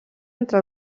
entre